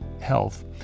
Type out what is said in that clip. health